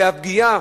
ופגיעה